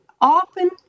often